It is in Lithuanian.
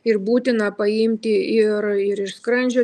ir būtina paimti ir ir iš skrandžio